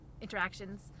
interactions